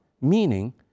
meaning